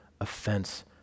offense